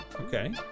Okay